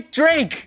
drink